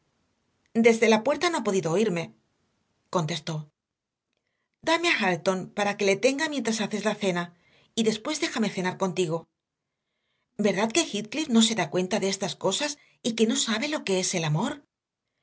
desde la puerta no ha podido oírme contestó dame a hareton para que le tenga mientras haces la cena y después déjame cenar contigo verdad que heathcliff no se da cuenta de estas cosas y que no sabe lo que es el amor